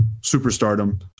superstardom